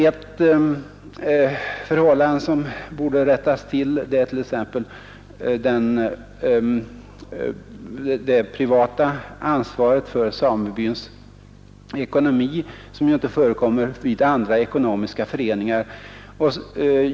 Ett förhållande som borde rättats till gäller t.ex. det privata ansvaret för samebyns ekonomi, som inte förekommer i andra ekonomiska föreningar.